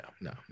no